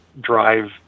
drive